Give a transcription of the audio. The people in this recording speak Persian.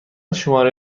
شماره